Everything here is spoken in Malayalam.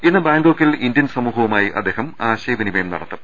ഇന്ന് ബാങ്കോക്കിൽ ഇന്ത്യൻ സമൂഹവുമായി അദ്ദേഹം ആശയവിനിമയം നടത്തും